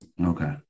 Okay